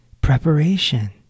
Preparation